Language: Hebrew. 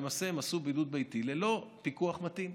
ולמעשה הם עשו בידוד ביתי ללא פיקוח מתאים.